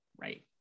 right